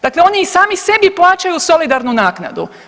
Dakle, oni i sami sebi plaćaju solidarnu naknadu.